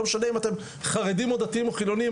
לא משנה אם אתם חרדים או דתיים או חילונים,